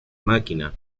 máquina